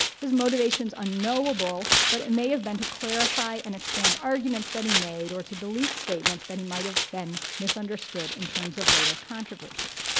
his motivation is unknowable, but it may have been to clarify and expand arguments that he made or to delete statements that he might have been misunderstood in terms of later controversies.